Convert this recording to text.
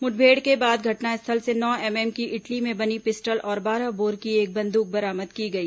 मुठभेड़ के बाद घटनास्थल से नौ एमएम की इटली में बनी पिस्टल और बारह बोर की एक बंदूक बरामद की गई